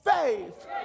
faith